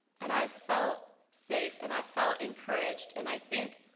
and i felt safe. and i felt encouraged. and i think,